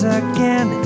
again